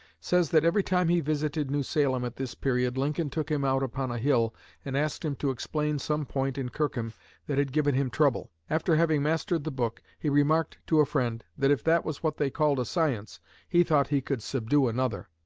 says that every time he visited new salem at this period lincoln took him out upon a hill and asked him to explain some point in kirkham that had given him trouble. after having mastered the book he remarked to a friend that if that was what they called a science he thought he could subdue another.